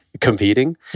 competing